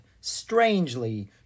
strangely